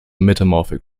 metamorphic